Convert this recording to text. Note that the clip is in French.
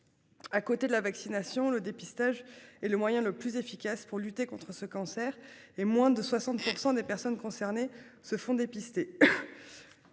À côté de la vaccination, le dépistage et le moyen le plus efficace pour lutter contre ce cancer et moins de 60% des personnes concernées se font dépister.